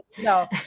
no